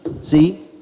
See